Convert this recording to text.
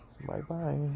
bye-bye